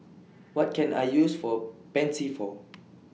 What Can I use For Pansy For